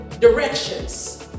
directions